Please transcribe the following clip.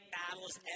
battles